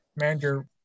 manager